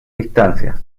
distancias